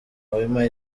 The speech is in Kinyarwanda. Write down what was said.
wema